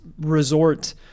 Resort